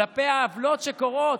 כלפי העוולות שקורות.